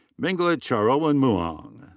mingla charoenmuang.